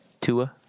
Tua